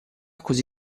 così